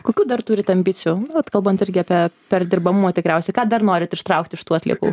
kokių dar turit ambicijų vat kalbant irgi apie perdirbamumą tikriausiai ką dar norit ištraukt iš tų atliekų